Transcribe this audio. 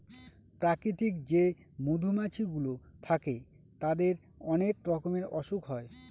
প্রাকৃতিক যে মধুমাছি গুলো থাকে তাদের অনেক রকমের অসুখ হয়